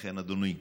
לכן, אדוני,